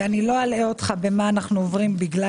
אני לא אלאה אותך בפרטים של מה שאנחנו עוברים בגלל